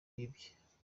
yibwe